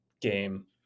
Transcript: game